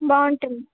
బాగుంటుంది